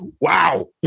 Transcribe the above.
Wow